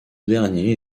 dernier